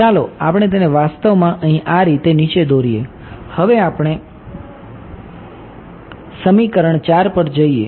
ચાલો આપણે તેને વાસ્તવમાં અહીં આ રીતે નીચે દોરીએ હવે આપણે સમીકરણ 4 પર જઈએ